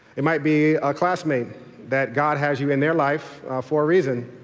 it might be a classmate that god has you in their life for a reason.